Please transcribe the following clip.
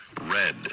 red